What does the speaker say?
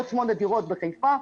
עוד שמונה דירות בחיפה,